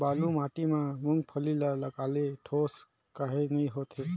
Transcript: बालू माटी मा मुंगफली ला लगाले ठोस काले नइ होथे?